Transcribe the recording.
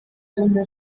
umuntu